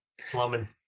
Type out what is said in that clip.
Slumming